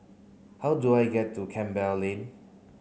how do I get to Campbell Lane